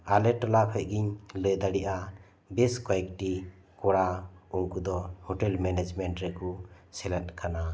ᱟᱞᱮ ᱴᱚᱞᱟ ᱠᱷᱚᱡ ᱜᱮᱧ ᱞᱟᱹᱞᱭ ᱫᱟᱲᱮᱜᱼᱟ ᱵᱮᱥ ᱠᱚᱭᱮᱠ ᱴᱤ ᱠᱚᱲᱟ ᱩᱱᱠᱩ ᱫᱚ ᱦᱳᱴᱮᱞ ᱢᱮᱱᱮᱡ ᱢᱮᱱᱴ ᱨᱮᱠᱩ ᱥᱮᱞᱮᱫ ᱟᱠᱟᱱᱟ